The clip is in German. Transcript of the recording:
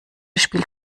spielt